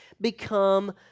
become